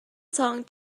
song